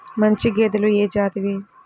మంచి గేదెలు ఏ జాతివి?